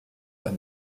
ein